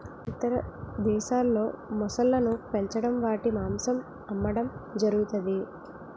ఇతర దేశాల్లో మొసళ్ళను పెంచడం వాటి మాంసం అమ్మడం జరుగుతది